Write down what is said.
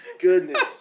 Goodness